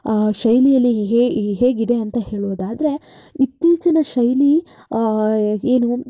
ಶೈಲಿಯಲ್ಲಿ ಹೇ ಹೇಗಿದೆ ಅಂತ ಹೇಳೋದಾದರೆ ಇತ್ತೀಚಿನ ಶೈಲಿ ಏನು